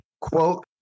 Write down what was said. quote